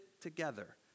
together